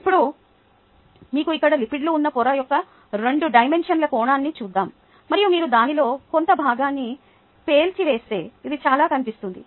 ఇప్పుడు మీకు ఇక్కడ లిపిడ్లు ఉన్న పొర యొక్క రెండు డైమెన్షనల్ కోణాన్ని చూద్దాం మరియు మీరు దానిలో కొంత భాగాన్ని పేల్చివేస్తే ఇది ఇలా కనిపిస్తుంది